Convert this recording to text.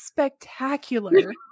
Spectacular